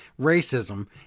racism